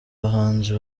bahanzi